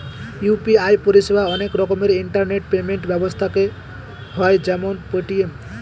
UPI পরিষেবা অনেক রকমের ইন্টারনেট পেমেন্ট ব্যবস্থাতে হয় যেমন পেটিএম